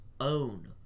own